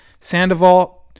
Sandoval